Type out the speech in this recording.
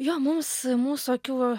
jo mums mūsų akių